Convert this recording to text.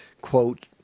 quote